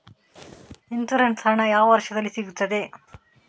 Insurance ಹಣ ಯಾವ ವರ್ಷದಲ್ಲಿ ನಮಗೆ ಸಿಗುತ್ತದೆ?